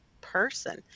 person